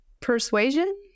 persuasion